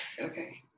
okay